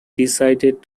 decided